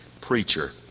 preacher